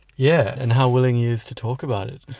yeah, and how willing he is to talk about it.